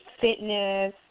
fitness